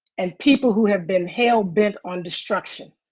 and people who have been hell-bent on destruction.